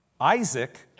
Isaac